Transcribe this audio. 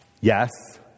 Yes